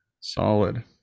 solid